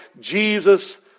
Jesus